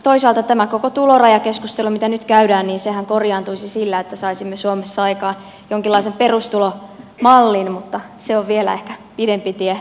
toisaalta tämä koko tulorajakeskusteluhan mitä nyt käydään korjaantuisi sillä että saisimme suomessa aikaan jonkinlaisen perustulomallin mutta se on vielä ehkä pidempi tie